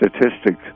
statistics